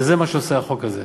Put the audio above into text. וזה מה שעושה החוק הזה,